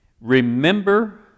Remember